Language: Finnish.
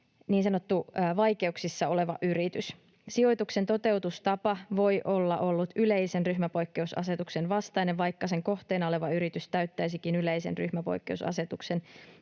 vaikeuksissa oleva yritys. Sijoituksen toteutustapa voi olla ollut yleisen ryhmäpoikkeusasetuksen vastainen, vaikka sen kohteena oleva yritys täyttäisikin yleisen ryhmäpoikkeusasetuksen